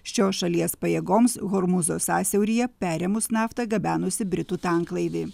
šios šalies pajėgoms hormūzo sąsiauryje perėmus naftą gabenusį britų tanklaivį